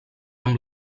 amb